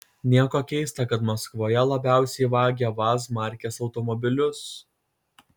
nieko keista kad maskvoje labiausiai vagia vaz markės automobilius